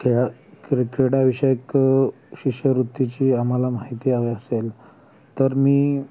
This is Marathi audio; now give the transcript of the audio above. खेळा क्री क्रीडाविषयक शिष्यवृत्तीची आम्हाला माहिती हवी असेल तर मी